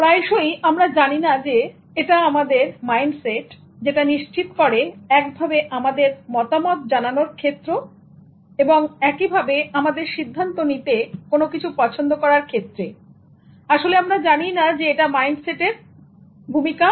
প্রায়ই আমরা জানি না যে এটা আমাদের মাইন্ডসেট যেটা নিশ্চিত করে একভাবে আমাদের মতামত জানানোর ক্ষেত্র একভাবে আমাদের সিদ্ধান্ত নিতে কোন কিছু পছন্দ করার ক্ষেত্রে আসলে আমরা জানিনা